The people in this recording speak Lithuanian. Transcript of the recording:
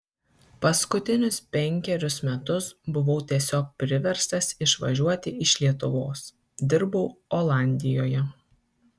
paskutinius penkerius metus buvau tiesiog priverstas išvažiuoti iš lietuvos dirbau olandijoje